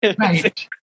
right